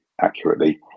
accurately